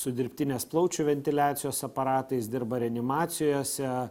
su dirbtinės plaučių ventiliacijos aparatais dirba reanimacijose